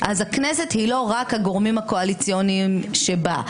הכנסת היא לא רק הגורמים הקואליציוניים שבה.